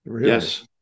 Yes